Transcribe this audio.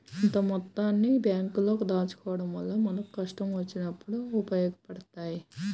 కొంత మొత్తాన్ని బ్యేంకుల్లో దాచుకోడం వల్ల మనకు కష్టం వచ్చినప్పుడు ఉపయోగపడతయ్యి